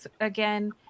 again